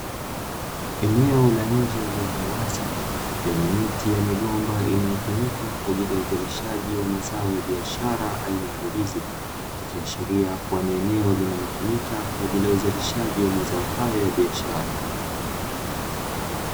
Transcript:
Eneo la nje lililowazi lenye miti ya migomba inayotumika kwajili ya uzalishaji wa mazao ya biashara aina ya ndizi, ikiashiria ni eneo linalotumika kwajili ya uzalishaji wa mazao hayo ya biashara.